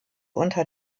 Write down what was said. unter